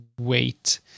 wait